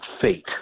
fate